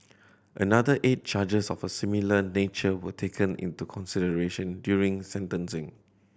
another eight charges of a similar nature were taken into consideration during sentencing